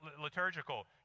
liturgical